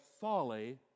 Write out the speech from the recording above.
folly